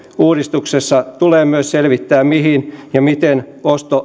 uudistuksessa tulee myös selvittää mihin ja miten